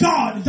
God